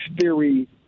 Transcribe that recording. theory